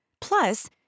Plus